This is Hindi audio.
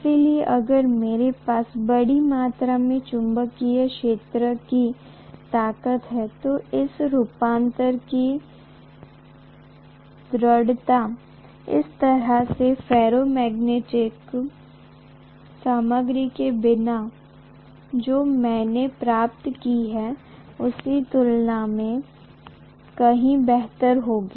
इसलिए अगर मेरे पास बड़ी मात्रा में चुंबकीय क्षेत्र की ताकत है तो इस रूपांतरण की दक्षता उस तरह के फेरोमैग्नेटिक सामग्री के बिना जो मैंने प्राप्त की है उसकी तुलना में कहीं बेहतर होगी